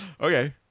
Okay